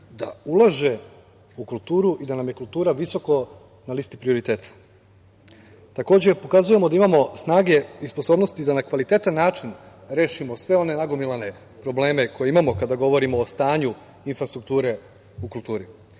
da ulaže u kulturu i da nam je kultura visoko na listi prioriteta. Takođe, pokazujemo da imamo snage i sposobnosti da na kvalitetan način rešimo sve one nagomilane probleme koje imamo kada govorimo o stanju infrastrukture u kulturi.